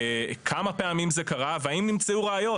כמה פעמים זה קרה והאם נמצאו ראיות,